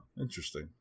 Interesting